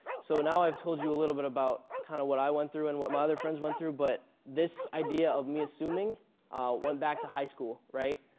so now i've told you a little bit about kind of what i went through and what my other friends went through. but this idea of me assuming went back to high school, right.